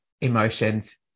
emotions